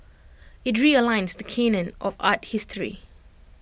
IT realigns the Canon of art history